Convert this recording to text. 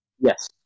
Yes